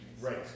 Right